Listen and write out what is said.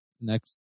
next